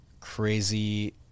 crazy